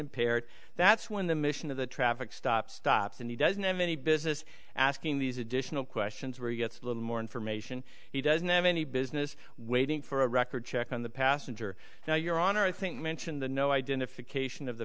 impaired that's when the mission of the traffic stops stops and he doesn't have any business asking these additional questions where he gets a little more information he doesn't have any business waiting for a record check on the passenger now your honor i think mentioned the no identification of the